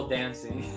dancing